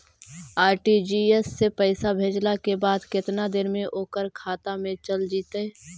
RTGS से पैसा भेजला के बाद केतना देर मे ओकर खाता मे चल जितै?